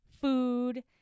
food